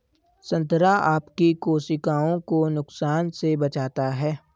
संतरा आपकी कोशिकाओं को नुकसान से बचाता है